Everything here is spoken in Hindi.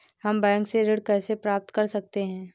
हम बैंक से ऋण कैसे प्राप्त कर सकते हैं?